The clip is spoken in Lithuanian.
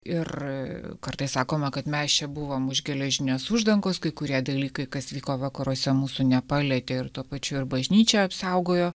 ir kartais sakome kad mes čia buvom už geležinės uždangos kai kurie dalykai kas vyko vakaruose mūsų nepalietė ir tuo pačiu ir bažnyčią apsaugojo